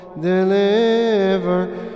Deliver